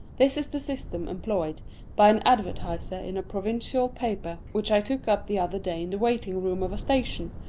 this is the system employed by an advertiser in a provincial paper which i took up the other day in the waiting-room of a station,